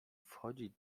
wchodzić